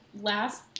last